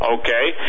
okay